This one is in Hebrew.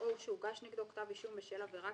או שהוגש נגדו כתב אישום בשל עבירה